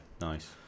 nice